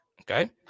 Okay